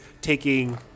taking